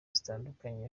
zitandukanye